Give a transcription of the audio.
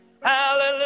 Hallelujah